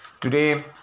Today